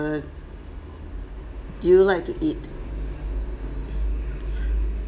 err do you like to eat